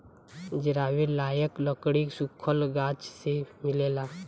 जरावे लायक लकड़ी सुखल गाछ से मिलेला